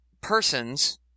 persons